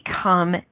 become